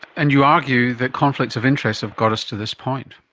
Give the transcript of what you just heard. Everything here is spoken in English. and you argue that conflicts of interest have got us to this point.